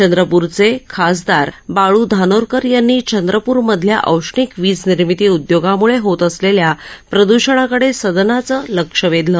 चंद्रप्रच खासदार बाळू धानोरकर यांनी चंद्रप्रमधल्या औष्णिक वीज निर्मिती उद्योगामुळ होत असलाम्या प्रद्धणाकड सदनाचं लक्ष वधालं